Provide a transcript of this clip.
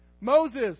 Moses